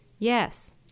Yes